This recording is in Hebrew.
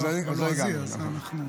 קודם כול,